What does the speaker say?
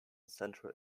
central